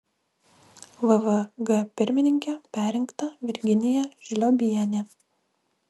vvg pirmininke perrinkta virginija žliobienė